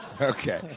Okay